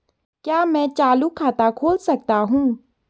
क्या मैं चालू खाता खोल सकता हूँ?